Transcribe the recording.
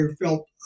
felt